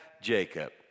Jacob